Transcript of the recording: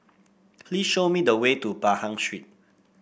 please show me the way to Pahang Street